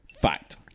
Fact